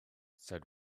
said